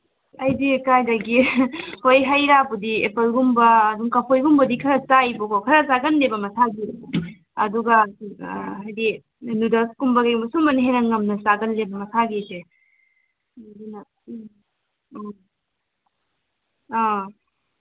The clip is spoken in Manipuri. ꯑꯩꯗꯤ ꯀꯥꯏꯗꯒꯤ ꯍꯣꯏ ꯍꯩꯔꯥꯕꯨꯗꯤ ꯑꯦꯄꯜꯒꯨꯝꯕ ꯑꯗꯨꯝ ꯀꯐꯣꯏꯒꯨꯝꯕ ꯈꯔ ꯆꯥꯏꯌꯦꯕꯀꯣ ꯈꯔ ꯆꯥꯒꯟꯗꯦꯕ ꯃꯁꯥꯒꯤ ꯑꯗꯨꯒ ꯍꯥꯏꯗꯤ ꯅꯨꯗꯜꯁꯀꯨꯝꯕ ꯀꯩꯒꯨꯝꯕ ꯁꯨꯝꯕꯅ ꯅꯝꯅ ꯆꯥꯒꯜꯂꯦꯕ ꯃꯁꯥꯒꯤ ꯑꯩꯁꯦ ꯑꯗꯨꯅ ꯎꯝ ꯎꯝ ꯑ